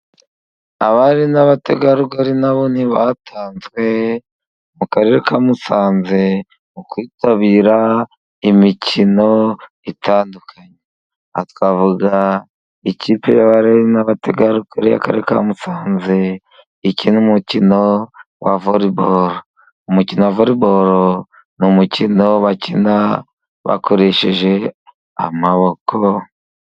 Abari n'abategarugori na bo ntibatanzwe mu karere ka Musanze， mu kwitabira imikino itandukanye. Aha twavuga ikipe y'abari n'abategarugori y'akarere ka Musanze， ikina umukino wa voriboro. Umukino wa voribori ni umukino bakina bakoresheje amaboko.